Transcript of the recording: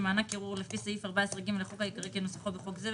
למענק קירור לפי סעיף 14גלחוק העיקרי כנוסחו בחוק זה,